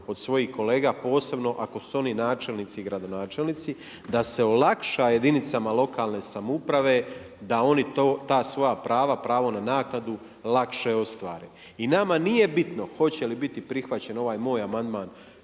od svojih kolega, posebno ako su oni načelnici i gradonačelnici, da se olakša jedinicama lokalne samouprave da oni ta svoja prava, pravo na naknadu lakše ostvare. I nama nije bitno hoće li biti prihvaćen ovaj moj amandman